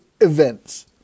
events